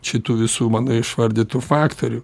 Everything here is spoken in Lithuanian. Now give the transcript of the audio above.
šitų visų mano išvardytų faktorių